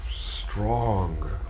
strong